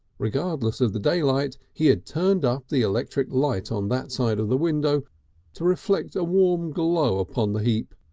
regardless of the daylight he had turned up the electric light on that side of the window to reflect a warm glow upon the heap,